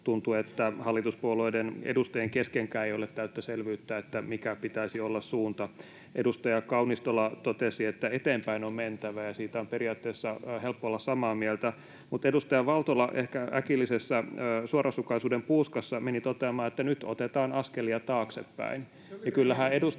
Tuntuu, että hallituspuolueiden edustajien keskenkään ei ole täyttä selvyyttä siitä, minkä pitäisi olla suunta. Edustaja Kaunistola totesi, että eteenpäin on mentävä, ja siitä on periaatteessa helppoa olla samaa mieltä, mutta edustaja Valtola ehkä äkillisessä suorasukaisuuden puuskassaan meni toteamaan, että nyt otetaan askelia taaksepäin.